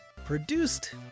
produced